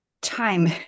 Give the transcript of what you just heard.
time